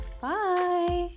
bye